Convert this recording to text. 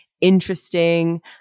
interesting